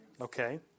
Okay